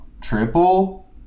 Triple